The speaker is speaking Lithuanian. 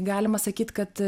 galima sakyt kad